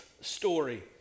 story